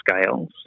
scales